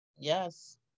Yes